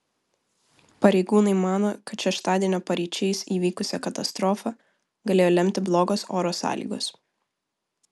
pareigūnai mano kad šeštadienio paryčiais įvykusią katastrofą galėjo lemti blogos oro sąlygos